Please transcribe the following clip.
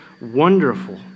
wonderful